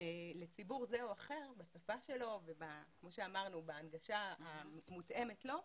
לציבור זה או אחר בשפה שלו ובהנגשה המותאמת לו,